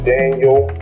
Daniel